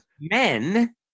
men